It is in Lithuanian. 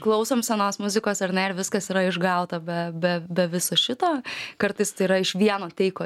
klausom senos muzikos ar ne ir viskas yra išgauta be be be viso šito kartais tai yra iš vieno teiko